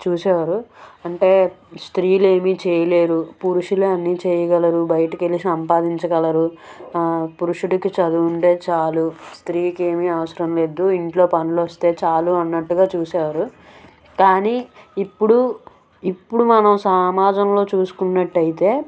చూసేవారు అంటే స్త్రీలు ఏమి చేయలేరు పురుషులే అన్నీ చేయగలరు బయటికి వెళ్ళి సంపాదించగలరు పురుషుడికి చదువు ఉండే చాలు స్త్రీకి ఏమి అవసరంలెద్దు ఇంట్లో పనులు వస్తే చాలు అన్నట్టుగా చూసేవారు కానీ ఇప్పుడూ ఇప్పుడు మనం సమాజంలో చూసుకున్నట్టయితే